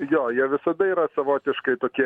jo jie visada yra savotiškai tokie